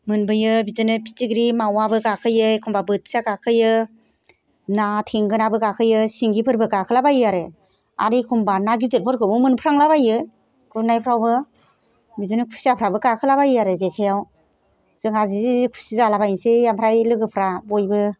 मोनबोयो बिदिनो फिथिख्रि मावाबो गाखोयो एखनबा बोथिया गाखोयो ना थेंगोनाबो गाखोयो सिंगिफोरबो गाखोलाबायो आरो आर एखनबा ना गिदिरफोरखौबो मोनफ्रांलाबायो गुरनायफ्रावबो बिदिनो खुसियाफ्राबो गाखोला बायो आरो जेखाइयाव जोंहा जि खुसि जालाबायसै ओमफ्राय लोगोफ्रा बयबो